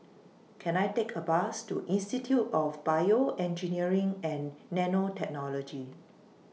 Can I Take A Bus to Institute of Bioengineering and Nanotechnology